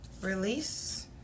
Release